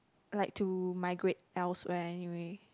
like to migrate elsewhere anyway